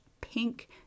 pink